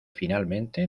finalmente